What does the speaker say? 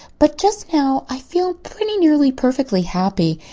but just now i feel pretty nearly perfectly happy.